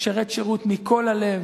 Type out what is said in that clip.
שירת שירות מכל הלב,